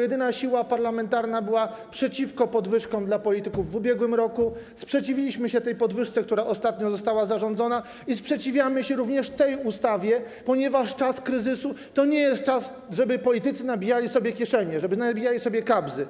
jedyna siła parlamentarna była przeciwko podwyżkom dla polityków w ubiegłym roku, sprzeciwiliśmy się tej podwyżce, która ostatnio została zarządzona, i sprzeciwiamy się również tej ustawie, ponieważ czas kryzysu to nie jest czas, żeby politycy nabijali sobie kieszenie, żeby nabijali sobie kabzy.